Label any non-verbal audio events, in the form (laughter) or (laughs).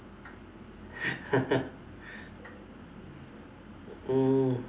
(laughs)